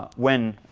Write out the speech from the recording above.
when,